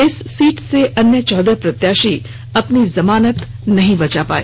इस सीट से अन्य चौदह प्रत्याशी अपनी जमानत नहीं बचा सके